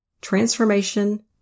transformation